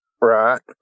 Right